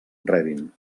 rebin